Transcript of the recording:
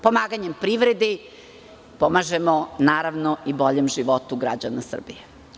Pomaganjem privredi pomažemo i boljem životu građana Srbije.